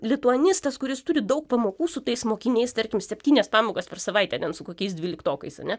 lituanistas kuris turi daug pamokų su tais mokiniais tarkim septynias pamokas per savaitę su kokiais dvyliktokais ane